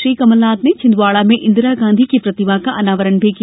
श्री कमलनाथ ने छिंदवाड़ा में इंदिरा गांधी की प्रतिमा का अनावरण भी किया